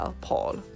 paul